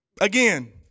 again